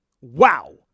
wow